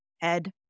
head